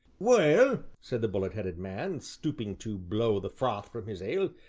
well, said the bullet-headed man, stooping to blow the froth from his ale,